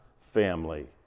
family